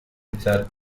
chart